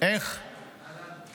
לדמותו של יוני נתניהו